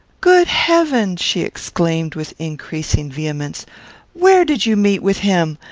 good heaven! she exclaimed, with increasing vehemence where did you meet with him?